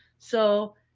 so,